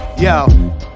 Yo